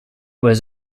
was